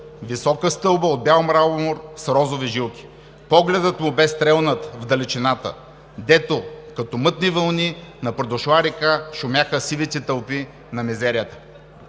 висока стълба от бял мрамор с розови жилки. Погледът му бе стрелнат в далечината, дето като мътни вълни на придошла река шумяха сивите тълпи на мизерията.